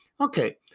Okay